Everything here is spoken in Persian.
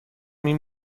این